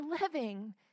living